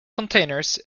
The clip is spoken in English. containers